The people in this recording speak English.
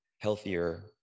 healthier